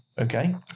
okay